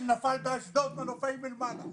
באשדוד מנופאי נפל מלמעלה.